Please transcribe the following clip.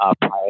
prior